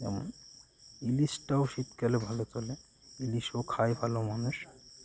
যেমন ইলিশটাও শীতকালে ভালো চলে ইলিশও খায় ভালো মানুষ